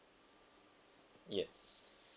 yes